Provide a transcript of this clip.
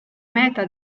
meta